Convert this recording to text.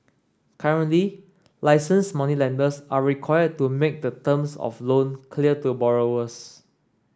currently license moneylenders are required to make the terms of loan clear to borrowers